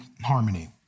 harmony